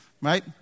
Right